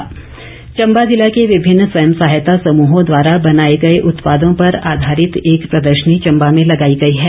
प्रदर्शनी चंबा ज़िला के विभिन्न स्वयं सहायता समूहों द्वारा बनाए गए उत्पादों पर आधारित एक प्रदर्शनी चंबा में लगाई गई है